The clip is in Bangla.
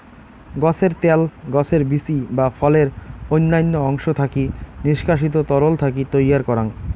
গছের ত্যাল, গছের বীচি বা ফলের অইন্যান্য অংশ থাকি নিষ্কাশিত তরল থাকি তৈয়ার করাং